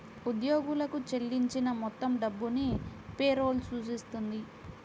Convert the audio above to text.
ఉద్యోగులకు చెల్లించిన మొత్తం డబ్బును పే రోల్ సూచిస్తుంది